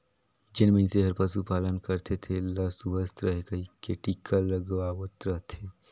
जेन मइनसे हर पसु पालन करथे तेला सुवस्थ रहें कहिके टिका लगवावत रथे